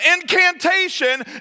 incantation